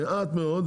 מעט מאוד,